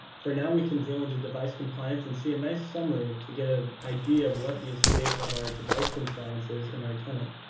for now we can drill into device compliance and see a nice summary to get an idea of what the estate of our device compliance is in our tenants.